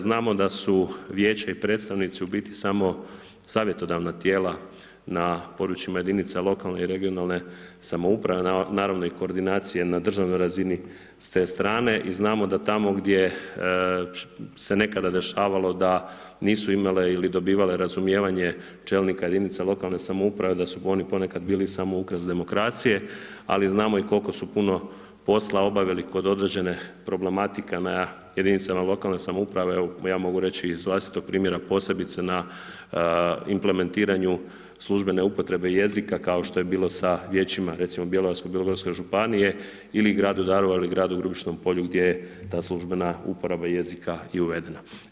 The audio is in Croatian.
Znamo da su vijeća i predstavnici u biti samo savjetodavna tijela na područjima jedinica lokalne i regionalne samouprave, naravno i koordinacije na državnoj razini s te strane i znamo da tamo gdje se nekada dešavalo da nisu imale ili dobivale razumijevanje čelnika jedinica lokalne samouprave, da su oni ponekad bili samo ukras demokracije, ali znamo i koliko su puno posla obavili kod određene problematike na jedinicama lokalne samouprave ja mogu reći, iz vlastitog primjera posebice na implementiranju službene upotrebe jezika, kao što je bilo sa vijećima, recimo Bjelovarsko bilogorske županije ili gradu Daruvaru ili gradu Grubišnom Polju gdje ta službena uporaba jezika i uvedena.